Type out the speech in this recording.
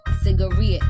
Cigarette